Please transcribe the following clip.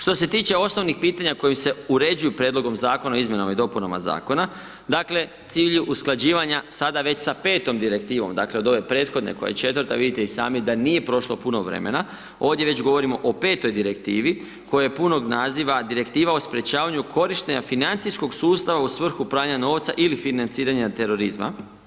Što se tiče osnovnih pitanja koji se uređuju prijedloga zakona o izmjenama i dopunama zakona, dakle cilju usklađivanja sada već sa 5. Direktivom, dakle od ove prethodne koja je 4. vidite i sami da nije prošlo puno vremena, ovdje već govorimo o 5. Direktivi koja punog naziva Direktiva o sprječavanju korištenja financijskog sustava u svrhu pranja novca ili financiranja terorizma.